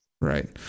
Right